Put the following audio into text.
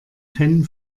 fan